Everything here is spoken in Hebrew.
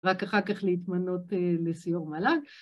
רק אחר כך להתמנות לסיו"ר מל"ג.